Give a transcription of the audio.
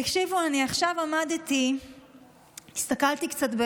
תקשיבו, אני עכשיו עמדתי והסתכלתי קצת.